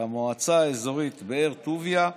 למועצה האזורית באר טוביה,